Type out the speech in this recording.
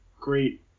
great